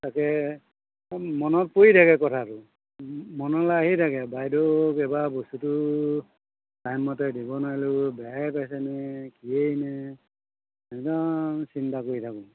তাকেহে মনত পৰি থাকে কথাটো মনলৈ আহি থাকে বাইদেউ কিবা বস্তুটো টাইমতে দিব নোৱাৰিলোঁ বেয়া পাইছে নি কিয়ে নে একদম চিন্তা কৰি থাকোঁ